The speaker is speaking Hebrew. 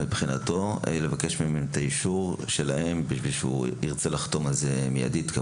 מבחינתו לבקש מהם את האישור שלהם כדי שהוא ירצה לחתום על זה מידית.